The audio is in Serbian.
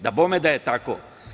Dabome da je tako.